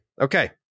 Okay